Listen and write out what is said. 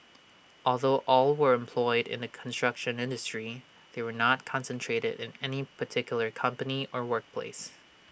although all were employed in the construction industry they were not concentrated in any particular company or workplace